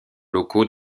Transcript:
locaux